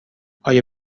آیا